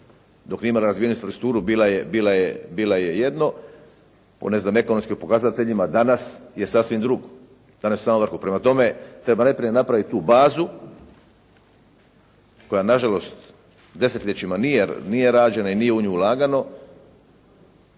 Dok nije imala razvijenu infrastrukturu bila je jedno. U ne znam ekonomskim pokazateljima danas je sasvim drugo. Danas je na samom vrhu. Prema tome, treba najprije napraviti tu bazu koja na žalost desetljećima nije rađena i nije u nju ulagano,